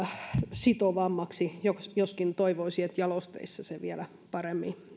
sitovammaksi joskin toivoisi että jalosteissa se vielä paremmin